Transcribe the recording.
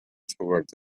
toward